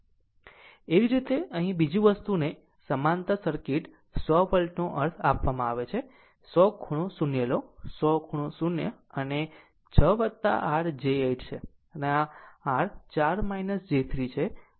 આમ તેવી જ રીતે બીજી વસ્તુને આ સમાંતર સર્કિટ 100 વોલ્ટનો અર્થ આપવામાં આવે છે 100 ખૂણો 0 લો 100 ખૂણો 0 અને તે 6 r j 8 છે અને આ r 4 j j 3 છે